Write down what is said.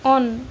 on